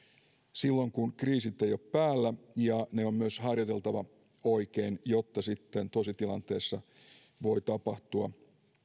silloin kun kriisit eivät ole päällä ja ne on myös harjoiteltava oikein jotta sitten tositilanteessa voivat tapahtua